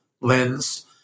lens